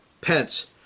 pence